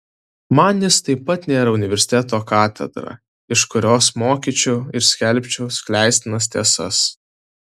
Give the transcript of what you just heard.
man jis taip pat nėra universiteto katedra iš kurios mokyčiau ir skelbčiau skleistinas tiesas